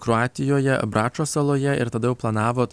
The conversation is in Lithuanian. kroatijoje bračo saloje ir tada jau planavot